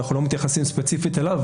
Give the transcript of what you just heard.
אנחנו לא מתייחסים ספציפית אליו,